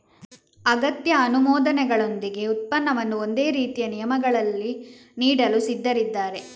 ಅಗತ್ಯ ಅನುಮೋದನೆಗಳೊಂದಿಗೆ ಉತ್ಪನ್ನವನ್ನು ಒಂದೇ ರೀತಿಯ ನಿಯಮಗಳಲ್ಲಿ ನೀಡಲು ಸಿದ್ಧರಿದ್ದಾರೆ